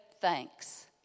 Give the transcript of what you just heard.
thanks